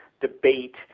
debate